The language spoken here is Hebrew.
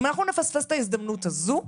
אם אנחנו נפספס את ההזדמנות הזו,